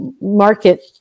market